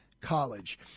College